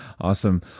Awesome